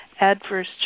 Adverse